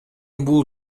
бул